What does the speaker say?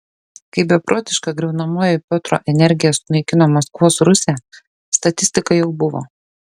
kai beprotiška griaunamoji piotro energija sunaikino maskvos rusią statistika jau buvo